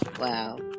Wow